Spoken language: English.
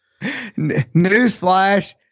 Newsflash